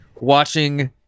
watching